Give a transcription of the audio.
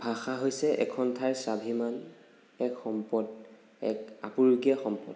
ভাষা হৈছে এখন ঠাইৰ স্বাভিমান এক সম্পদ এক আপুৰুগীয়া সম্পদ